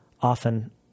often